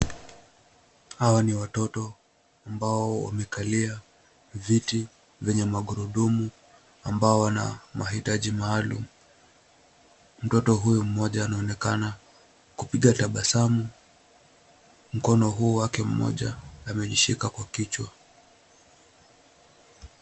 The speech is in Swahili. Hawa ni watoto ambao wamekalia viti venye magurudumu, ambao wana mahitaji maalum. Mtoto huyu mmoja anaonekana kupiga tabasamu. Mkono huu wake mmoja ameishika kwa kichwa.